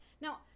Now